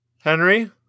Henry